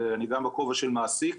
אני גם בכובע של מעסיק